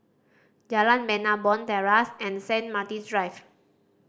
Jalan Bena Bond Terrace and Saint Martin's Drive